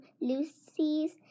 Lucy's